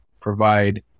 provide